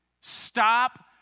Stop